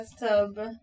bathtub